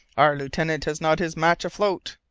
our lieutenant has not his match afloat,